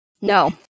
No